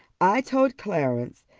i told clarence,